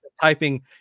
typing